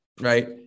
right